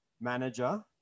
manager